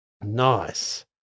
Nice